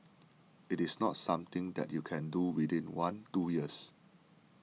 it is not something that you can do within one two years